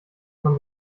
man